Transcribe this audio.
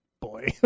boy